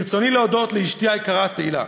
ברצוני להודות לאשתי היקרה תהילה,